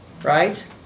Right